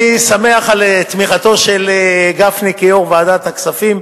אני שמח על תמיכתו של גפני כיושב-ראש ועדת הכספים,